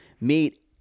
meet